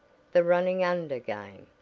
the running under game.